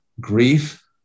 grief